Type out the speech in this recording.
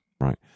Right